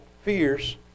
fierce